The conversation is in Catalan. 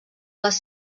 les